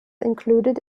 included